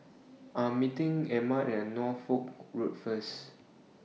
I Am meeting Emma At Norfolk Road First